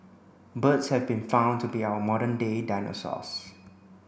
birds have been found to be our modern day dinosaurs